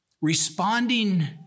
responding